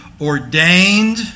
ordained